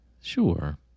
Sure